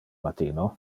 matino